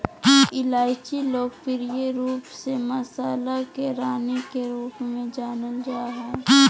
इलायची लोकप्रिय रूप से मसाला के रानी के रूप में जानल जा हइ